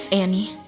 annie